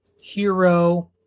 hero